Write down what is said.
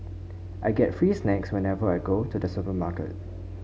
I get free snacks whenever I go to the supermarket